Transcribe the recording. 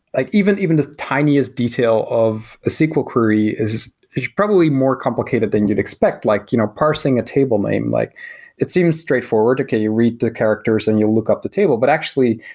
like even even the tiniest detail of a sql query is probably more complicated than you'd expect, like you know parsing a table name. like it seems straightforward, can you read the characters? and you look up the table. but actually,